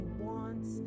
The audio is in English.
wants